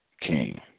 king